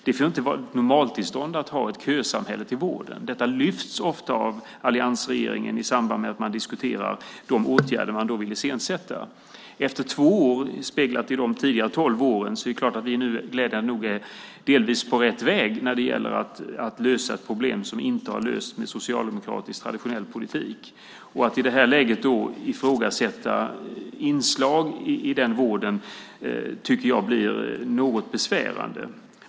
Det ska inte vara ett normaltillstånd att ha ett kösamhälle för vården. Detta lyfts ofta fram av alliansregeringen i samband med att man diskuterar de åtgärder man vill iscensätta. Efter två år, speglat i de tidigare tolv åren, är vi glädjande nog nu delvis på rätt väg när det gäller att lösa ett problem som inte har lösts med socialdemokratisk traditionell politik. Att i det här läget då ifrågasätta inslag i den vården tycker jag blir något besvärande.